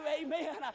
Amen